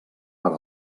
per